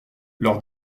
leur